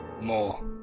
more